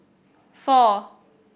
four